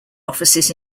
offices